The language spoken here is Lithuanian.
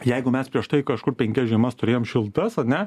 jeigu mes prieš tai kažkur penkias žiemas turėjom šiltas ane